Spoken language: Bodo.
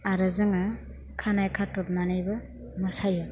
आरो जोङो खानाइ खाथ'बनानैबो मोसायो